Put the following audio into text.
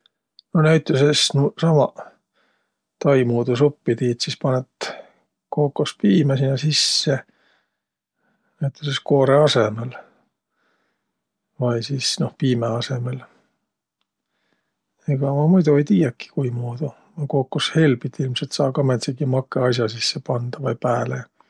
No näütüseq nuuqsamaq, tai muudu suppõ tiit, sis panõt kookospiimä sinnäq sisse näütüses koorõ asõmal vai sis noh piimä asõmal. Ega ma muido ei tiiäki, kuimuudu. No kookoshelbit ilmselt saa kah määntsegi makõ as'a sisse pandaq, vai pääle.